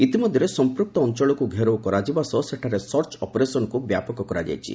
ଇତିମଧ୍ୟରେ ସଂପୃକ୍ତ ଅଞ୍ଚଳକୁ ଘେରଉ କରାଯିବା ସହ ସେଠାରେ ସର୍ଚ୍ଚ ଅପରେସନ୍କୁ ବ୍ୟାପକ କରାଯାଇଛି